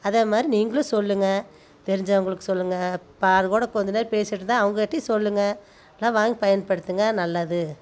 அதை மாதிரி நீங்களும் சொல்லுங்க தெரிஞ்சவங்களுக்கு சொல்லுங்க பாரு கூட கொஞ்ச நேரம் பேசிட்டு இருந்தால் அவங்ககிட்டையும் சொல்லுங்க எல்லாம் வாங்கி பயன்படுத்துங்கள் நல்லது